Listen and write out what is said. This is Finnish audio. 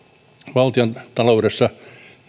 valtiontaloudessa